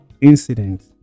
incidents